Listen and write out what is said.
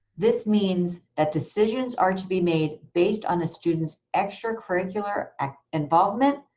this means that decisions are to be made based on the students extracurricular involvement,